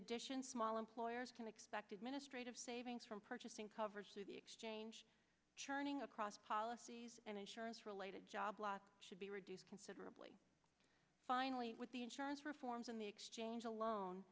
addition small employers can expect administrative savings from purchasing coverage through the exchange churning across policies and insurance related jobs should be reduced considerably finally with the insurance reforms in the exchange alone